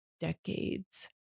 Decades